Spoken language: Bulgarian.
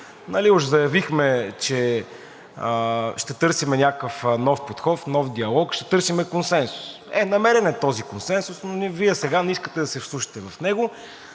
Нали уж заявихме, че ще търсим някакъв нов подход в нов диалог, ще търсим консенсус. Е, намерен е този консенсус, но Вие сега не искате да се вслушате в него.